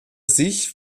sich